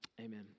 amen